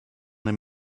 him